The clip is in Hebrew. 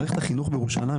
מערכת החינוך בירושלים,